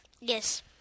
Yes